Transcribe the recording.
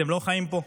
אתם לא חיים פה?